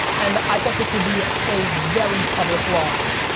and i thought this would be a very public loss.